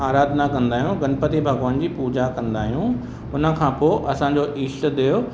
अराधना कंदा आहियूं गणपति भॻवानु जी पूजा कंदा आहियूं हुनखां पोइ असांजो ईष्ट देव